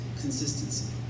consistency